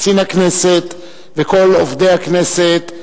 קצין הכנסת וכל עובדי הכנסת,